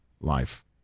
life